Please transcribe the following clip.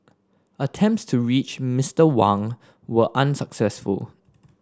attempts to reach Mister Wang were unsuccessful